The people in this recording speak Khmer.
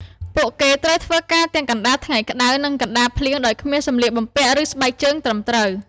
ពួកគេត្រូវធ្វើការទាំងកណ្ដាលថ្ងៃក្ដៅ និងកណ្ដាលភ្លៀង ដោយគ្មានសម្លៀកបំពាក់ ឬស្បែកជើងត្រឹមត្រូវ។